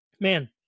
Man